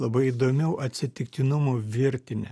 labai įdomių atsitiktinumų virtinė